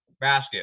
Basket